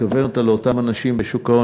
לכוון אותה לאותם אנשים בשוק ההון